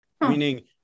meaning